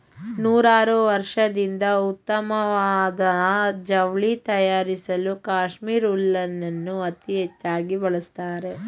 ನೂರಾರ್ವರ್ಷದಿಂದ ಉತ್ತಮ್ವಾದ ಜವ್ಳಿ ತಯಾರ್ಸಲೂ ಕಾಶ್ಮೀರ್ ಉಲ್ಲೆನನ್ನು ಅತೀ ಹೆಚ್ಚಾಗಿ ಬಳಸ್ತಾರೆ